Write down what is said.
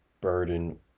burden